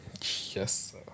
Yes